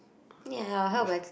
ya I will help by